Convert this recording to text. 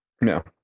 No